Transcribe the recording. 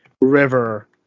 river